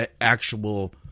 actual